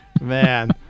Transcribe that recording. Man